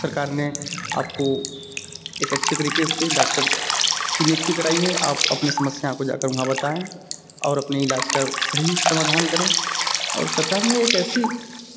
सरकार ने आपको एक अच्छे तरीके से डाक्टर की नित्य कराई है आप अपने समस्या को जाकर वहाँ बताएँ और अपने ईलाज का सही समाधान करें और सरकार ने एक ऐसी